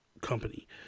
company